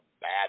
bad